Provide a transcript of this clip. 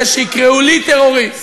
לא אמר, ואפילו לא פעם אחת,